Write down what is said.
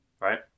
right